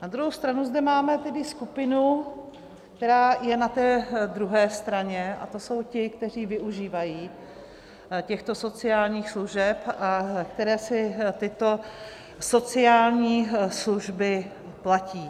Na druhou stranu zde máme tedy skupinu, která je na té druhé straně, a to jsou ti, kteří využívají těchto sociálních služeb a kteří si tyto sociální služby platí.